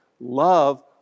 love